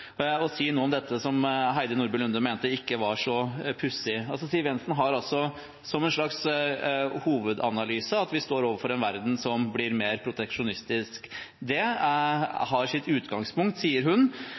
å si noe om det som Heidi Nordby Lunde mente ikke var så pussig. Siv Jensen har som en slags hovedanalyse at vi står overfor en verden som blir mer proteksjonistisk. Det har sitt utgangspunkt i, sier hun,